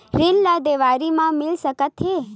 ऋण ला देवारी मा मिल सकत हे